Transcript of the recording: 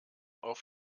auf